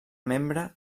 membre